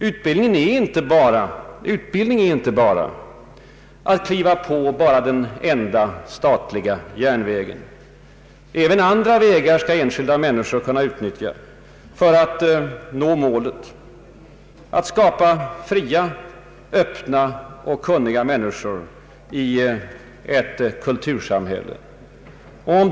Utbildning är inte bara att kliva på den enda, statliga järnvägen. Den enskilda människan skall kunna utnyttja även andra vägar för att vi skall nå målet att skapa fria, öppna och kunniga människor i ett kultursamhälle.